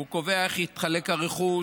הוא קובע איך יתחלק הרכוש,